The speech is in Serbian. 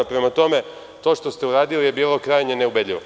Prema tome, to što ste uradili je bilo krajnje neubedljivo.